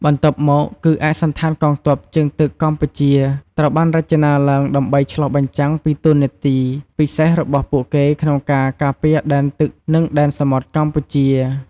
បន្ទាប់មកគឺឯកសណ្ឋានកងទ័ពជើងទឹកកម្ពុជាត្រូវបានរចនាឡើងដើម្បីឆ្លុះបញ្ចាំងពីតួនាទីពិសេសរបស់ពួកគេក្នុងការការពារដែនទឹក និងដែនសមុទ្រកម្ពុជា។